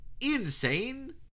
insane